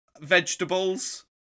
vegetables